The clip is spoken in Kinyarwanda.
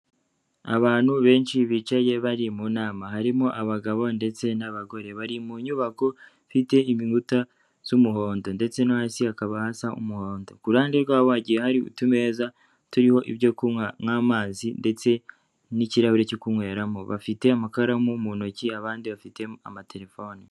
Abantu benshi bicaye bari mu nama, harimo abagabo ndetse n'abagore, bari mu nyubako ifite inkuta z'umuhondo, ndetse no hasi hakaba hasa umuhondo, ku ruhande rwaho hagiye hari utumeza, turiho ibyo kunywa nk'amazi ndetse n'ikirahurire cyo kunyweramo, bafite amakaramu mu ntoki abandi bafite amatelefoni.